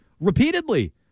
repeatedly